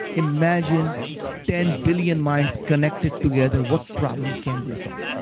imagine ten billion minds connected together, what problem can't they solve?